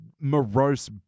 morose